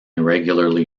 irregularly